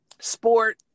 sport